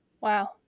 Wow